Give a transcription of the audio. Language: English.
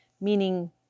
meaning